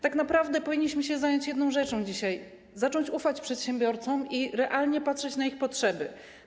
Tak naprawdę powinniśmy się zająć dzisiaj jedną rzeczą: zacząć ufać przedsiębiorcom i realnie patrzeć na ich potrzeby.